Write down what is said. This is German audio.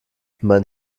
mein